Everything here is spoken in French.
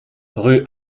rue